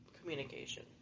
communication